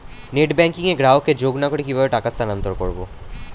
Net banking এ গ্রাহককে যোগ না করে কিভাবে টাকা স্থানান্তর করব?